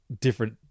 different